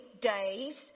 days